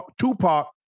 Tupac